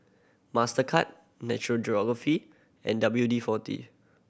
Mastercard National Geographic and W D Forty